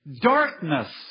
darkness